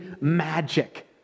magic